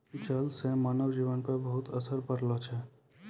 जल से मानव जीवन पर बहुते असर पड़लो छै